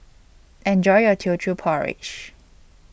Enjoy your Teochew Porridge